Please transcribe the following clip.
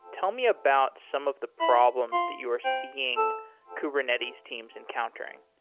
tell me about some of the problems that you are seeing kubernetes teams encountering